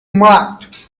marked